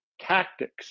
tactics